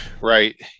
Right